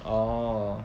orh